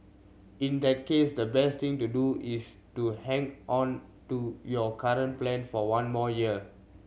in that case the best thing to do is to hang on to your current plan for one more year